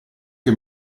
che